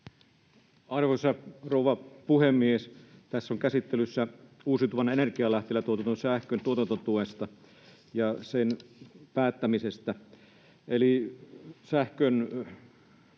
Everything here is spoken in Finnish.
Arvoisa rouva puhemies! Tässä on käsittelyssä esitys uusiutuvan energian lähteillä tuotetun sähkön tuotantotuesta ja sen päättämisestä.